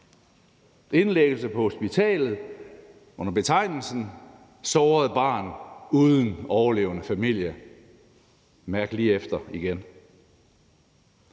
indlæggelse på hospitalet under betegnelsen såret barn uden overlevende familie. Mærk lige efter igen.